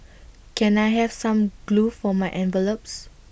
can I have some glue for my envelopes